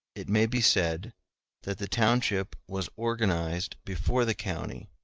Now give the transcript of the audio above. it may be said that the township was organized before the county,